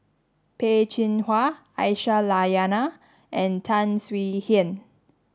Peh Chin Hua Aisyah Lyana and Tan Swie Hian